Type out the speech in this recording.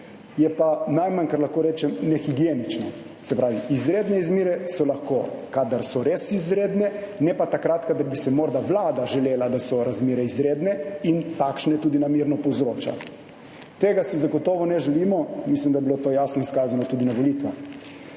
je pa najmanj, kar lahko rečem, nehigienično. Se pravi, izredne razmere so lahko takrat, kadar so res izredne, ne pa takrat, ko bi si morda vlada želela, da so razmere izredne in takšne tudi namerno povzroča. Tega si zagotovo ne želimo. Mislim, da je bilo to jasno izkazano tudi na volitvah.